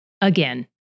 again